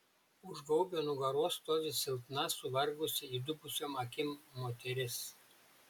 už gaubio nugaros stovi silpna suvargusi įdubusiom akim moteris